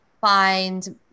find